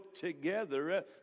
together